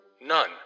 None